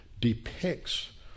depicts